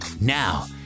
Now